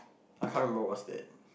I can't remember what's that